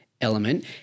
Element